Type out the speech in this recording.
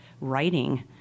writing